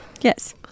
yes